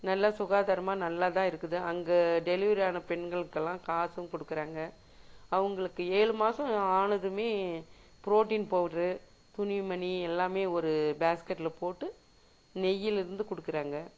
நல்ல சுகாதாரமாக நல்லதாக இருக்குது அங்கே டெலிவரி ஆன பெண்களுக்கெல்லாம் காசும் கொடுக்குறாங்க அவங்களுக்கு ஏழு மாதம் ஆனதுமே புரோட்டின் பவுட்ரு துணிமணி எல்லாமே ஒரு பேஸ்கெட்டில் போட்டு நெய்யிலிருந்து கொடுக்குறாங்க